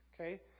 Okay